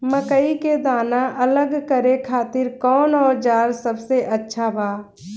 मकई के दाना अलग करे खातिर कौन औज़ार सबसे अच्छा बा?